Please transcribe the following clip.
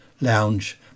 lounge